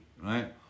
right